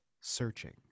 searching